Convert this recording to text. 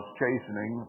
chastening